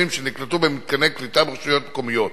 שנקלטו במתקני קליטה ברשויות המקומיות.